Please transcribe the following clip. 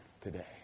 today